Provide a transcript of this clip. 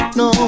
no